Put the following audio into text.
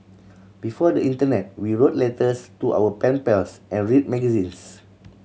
before the internet we wrote letters to our pen pals and read magazines